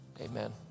Amen